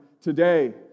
today